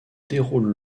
déroulent